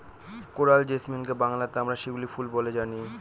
coral জেসমিনকে বাংলাতে আমরা শিউলি ফুল বলে জানি